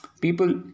People